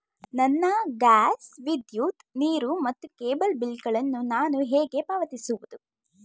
ನನ್ನ ಗ್ಯಾಸ್, ವಿದ್ಯುತ್, ನೀರು ಮತ್ತು ಕೇಬಲ್ ಬಿಲ್ ಗಳನ್ನು ನಾನು ಹೇಗೆ ಪಾವತಿಸುವುದು?